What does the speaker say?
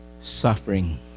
suffering